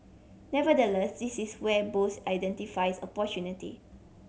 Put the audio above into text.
nevertheless this is where Bose identifies opportunity